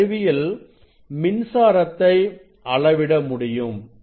இந்த கருவியில் மின்சாரத்தை அளவிட முடியும்